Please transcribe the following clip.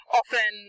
often